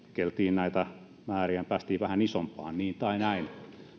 näitä määriä ja me pääsimme vähän isompaan niin tai näin